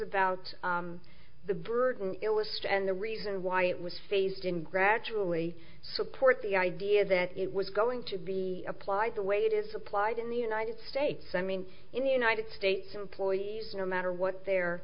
about the burden it was just and the reason why it was phased in gradually support the idea that it was going to be applied the way it is applied in the united states i mean in the united states employees no matter what their